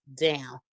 down